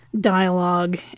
dialogue